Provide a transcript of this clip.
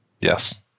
Yes